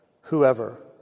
whoever